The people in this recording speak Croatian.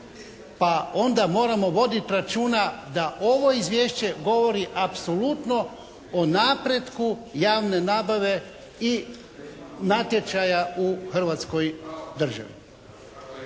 Pa onda moramo voditi računa da ovo Izvješće govori apsolutno o napretku javne nabave i natječaja u hrvatskoj državi.